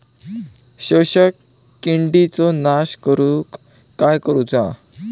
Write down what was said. शोषक किडींचो नाश करूक काय करुचा?